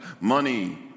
money